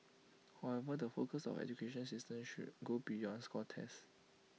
however the focus of our education system should go beyond scores test